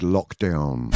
Lockdown